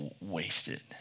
wasted